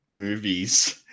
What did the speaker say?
movies